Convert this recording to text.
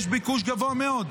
יש ביקוש גבוה מאוד.